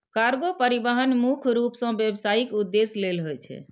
cargo परिवहन मुख्य रूप सं व्यावसायिक उद्देश्य लेल होइ छै